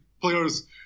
players